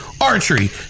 archery